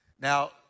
Now